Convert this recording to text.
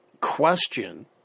question